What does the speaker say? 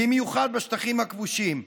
במיוחד בשטחים הכבושים.